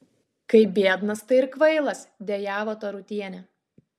kai biednas tai ir kvailas dejavo tarutienė